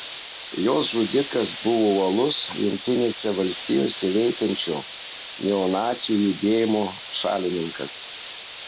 jos žudikas buvo uolus jungtinėse valstijose veikiančio neonacių judėjimo šalininkas